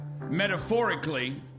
metaphorically